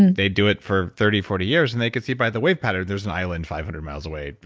and they'd do it for thirty, forty years, and they could see by the wave pattern there's an island five hundred miles away.